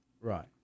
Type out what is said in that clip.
Right